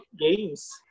Games